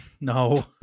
No